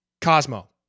Cosmo